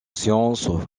sciences